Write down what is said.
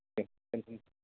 दे उम उम